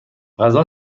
غذا